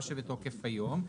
מה שבתוקף היום,